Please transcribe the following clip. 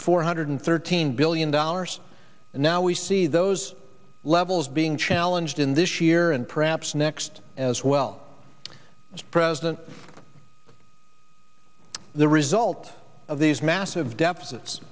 four hundred thirteen billion dollars and now we see those levels being challenged in this year and perhaps next as well as president the result of these massive deficit